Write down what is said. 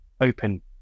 open